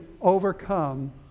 overcome